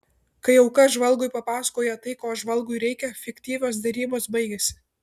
kai auka žvalgui papasakoja tai ko žvalgui reikia fiktyvios derybos baigiasi